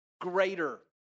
greater